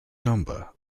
number